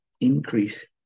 increase